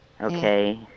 okay